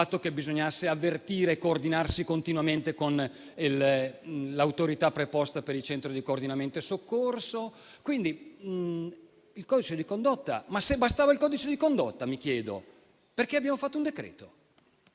il fatto che bisognasse avvertire e coordinarsi continuamente con l'autorità preposta per il centro di coordinamento e soccorso. Inoltre mi chiedo: se bastava il codice di condotta, perché abbiamo fatto un decreto-legge?